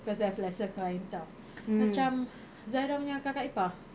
because of lesser clientele macam zahirah punya kakak ipar